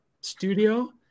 Studio